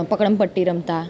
પકડમ પટ્ટી રમતાં